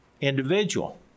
individual